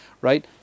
right